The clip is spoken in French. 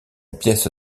pièce